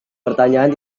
pertanyaan